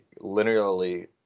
linearly